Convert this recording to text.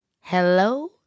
Hello